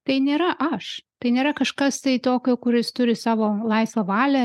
tai nėra aš tai nėra kažkas tai tokio kuris turi savo laisvą valią